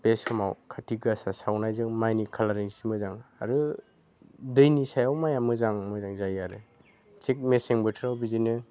बे समाव कार्तिक गासा सावनायजों माइनि कालारिं जि मोजां आरो दैनि सायाव माइआ मोजां मोजां जायो आरो थिक मेसें बोथोराव बिदिनो